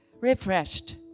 refreshed